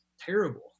terrible